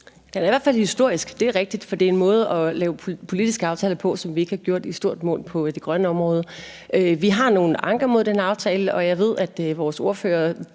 Den er i hvert fald historisk – det er rigtigt – for det er en måde at lave politiske aftaler på, som vi ikke har gjort brug af i stort mål på det grønne område. Vi har nogle anker mod den aftale, og jeg ved, at vores ordfører